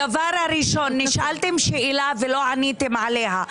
הדבר הראשון, נשאלתם שאלה ולא עניתם עליה.